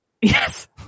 Yes